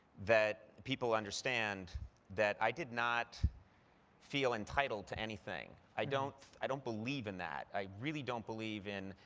that people understand that i did not feel entitled to anything. i don't i don't believe in that. i really don't believe in,